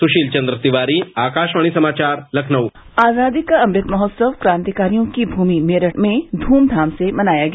सुशील चंद तिवारी आकाशवाणी समाचार लखनऊ आज़ादी का अमृत महोत्सव क्रांतिकारियों की भूमि मेरठ में ध्रमधाम से मनाया गया